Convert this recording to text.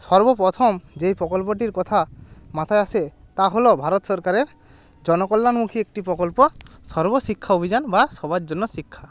সর্বপ্রথম যেই প্রকল্পটির কথা মাথায় আসে তা হলো ভারত সরকারের জনকল্যাণমুখী একটি প্রকল্প সর্বশিক্ষা অভিযান বা সবার জন্য শিক্ষা